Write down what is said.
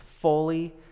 fully